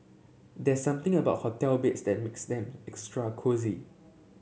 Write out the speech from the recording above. there something about hotel beds that makes them extra cosy